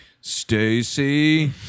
Stacy